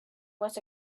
was